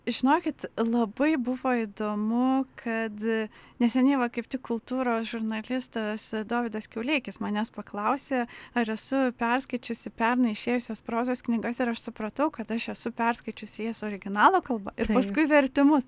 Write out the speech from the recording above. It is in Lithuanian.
žinokit labai buvo įdomu kad neseniai va kaip tik kultūros žurnalistas dovydas kiauleikis manęs paklausė ar esu perskaičiusi pernai išėjusios prozos knygas ir aš supratau kad aš esu perskaičiusi jas originalo kalba ir paskui vertimus